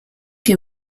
que